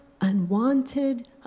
unwanted